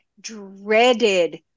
dreaded